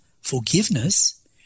forgiveness